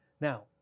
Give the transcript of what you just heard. Now